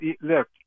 look